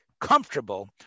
comfortable